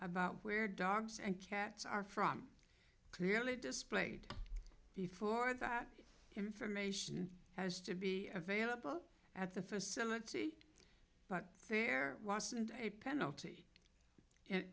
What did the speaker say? about where dogs and cats are from clearly displayed before that information has to be available at the facility but there wasn't a penalty and